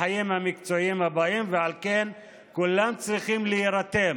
החיים המקצועיים הבאים, ועל כן כולם צריכים להירתם